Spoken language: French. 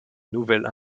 nouvelles